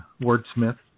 wordsmith